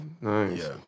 nice